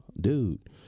dude